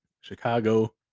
chicago